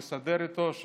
לסדר איתו,